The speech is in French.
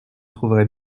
trouverai